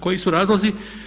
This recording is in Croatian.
Koji su razlozi?